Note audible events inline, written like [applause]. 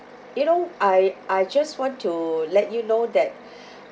you know I I just want to let you know that [breath]